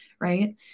right